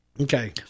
Okay